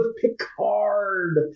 Picard